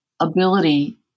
Ability